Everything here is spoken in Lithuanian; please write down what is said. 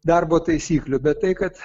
darbo taisyklių bet tai kad